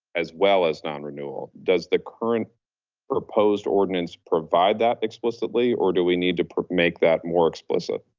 as well as non-renewal does the current proposed ordinance provide that explicitly or do we need to make that more explicit?